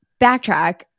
backtrack